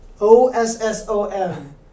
O-S-S-O-M